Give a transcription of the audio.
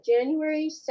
January